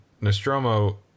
Nostromo